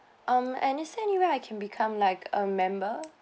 um is there anyway I can become like a member